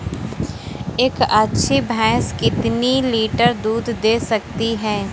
एक अच्छी भैंस कितनी लीटर दूध दे सकती है?